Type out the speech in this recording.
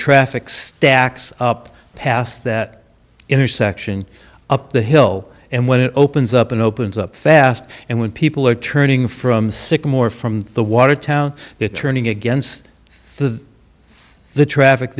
traffic stacks up past that intersection up the hill and when it opens up and opens up fast and when people are turning from sycamore from the watertown it turning against the the traffic